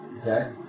Okay